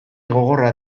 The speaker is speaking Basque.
gogorra